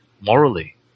morally